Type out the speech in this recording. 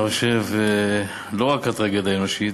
אני חושב שלא רק טרגדיה אנושית,